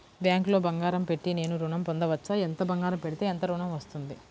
బ్యాంక్లో బంగారం పెట్టి నేను ఋణం పొందవచ్చా? ఎంత బంగారం పెడితే ఎంత ఋణం వస్తుంది?